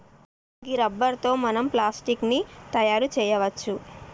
గీ rubber తో మనం plastic ని తయారు చేయవచ్చు